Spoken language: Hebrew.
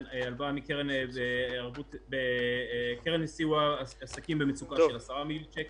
הלוואה מקרן לסיוע לעסקים במצוקה של 10 מיליון שקל.